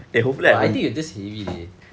oh I think your just heavy dey